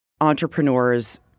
Entrepreneurs